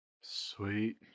Sweet